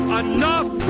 enough